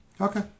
Okay